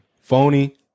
Phony